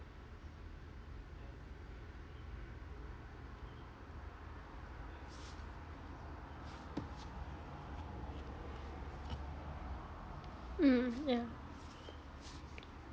mm yeah